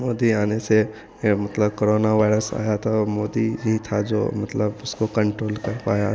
मोदी आने से यह मतलब कोरोना वायरस आया तो मोदी ही था जो मतलब उसको कन्ट्रोल कर पाया